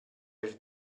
per